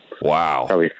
Wow